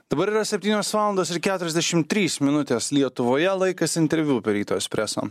dabar yra septynios valandos ir keturiasdešim trys minutės lietuvoje laikas interviu per ryto espreso